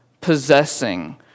possessing